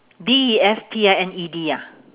D E S T I N E D ah